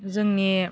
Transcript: जोंनि